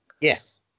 Yes